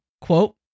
Quote